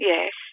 Yes